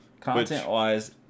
Content-wise